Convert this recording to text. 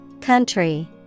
Country